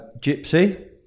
gypsy